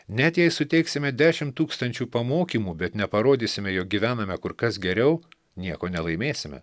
net jei suteiksime dešimt tūkstančių pamokymų bet neparodysime jog gyvename kur kas geriau nieko nelaimėsime